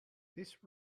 this